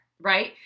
right